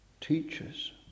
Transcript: teachers